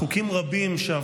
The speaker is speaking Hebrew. חוקים רבים בנושאי החטופים,